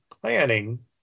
planning